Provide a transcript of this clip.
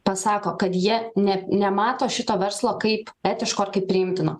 pasako kad jie ne nemato šito verslo kaip etiško ir kaip priimtino